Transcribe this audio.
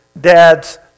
dad's